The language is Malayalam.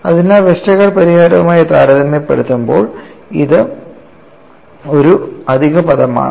അതിനാൽ വെസ്റ്റർഗാർഡ് പരിഹാരവുമായി താരതമ്യപ്പെടുത്തുമ്പോൾ ഇത് ഒരു അധിക പദമാണ്